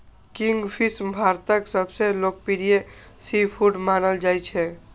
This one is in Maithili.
किंगफिश भारतक सबसं लोकप्रिय सीफूड मानल जाइ छै